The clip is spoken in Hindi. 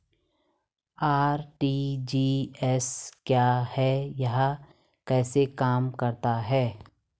आर.टी.जी.एस क्या है यह कैसे काम करता है?